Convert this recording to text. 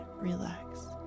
relax